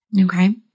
Okay